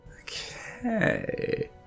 okay